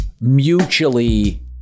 mutually